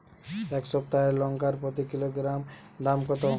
এই সপ্তাহের লঙ্কার প্রতি কিলোগ্রামে দাম কত?